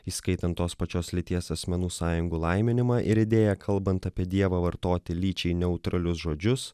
įskaitant tos pačios lyties asmenų sąjungų laiminimą ir idėją kalbant apie dievą vartoti lyčiai neutralius žodžius